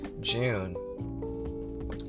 june